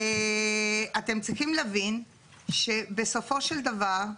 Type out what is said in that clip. אתם צריכים להבין שבסופו של דבר,